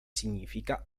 significa